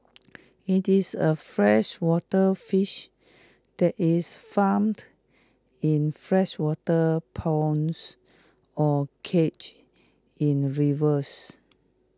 IT is A freshwater fish that is farmed in freshwater ponds or cages in rivers